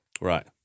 Right